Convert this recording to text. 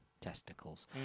Testicles